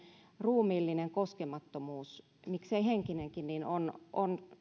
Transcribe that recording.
ruumiillinen koskemattomuus miksei henkinenkin on